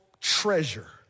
treasure